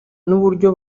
n’uburyo